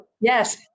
Yes